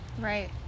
right